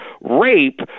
rape